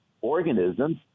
organisms